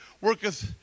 worketh